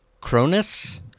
Cronus